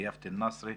ביאפת א-נאצרה,